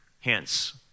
hence